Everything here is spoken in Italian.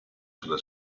sulla